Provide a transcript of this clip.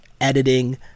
editing